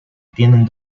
tienen